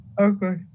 Okay